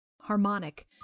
harmonic